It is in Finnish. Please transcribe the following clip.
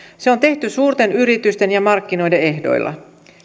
se on tehty suurten yritysten ja markkinoiden ehdoilla